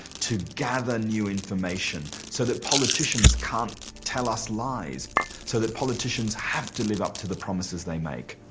to gather new information so that politicians can't tell us lies so that politicians have to live up to the promises they make.